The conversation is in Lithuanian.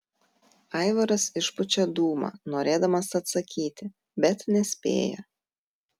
aivaras išpučia dūmą norėdamas atsakyti bet nespėja